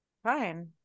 fine